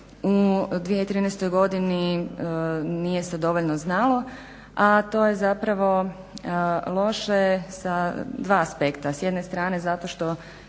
u 2013. godini nije se dovoljno znalo a to je zapravo loše sa dva aspekta. S jedne strane zato što